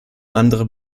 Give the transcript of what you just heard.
andere